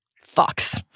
Fox